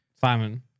Simon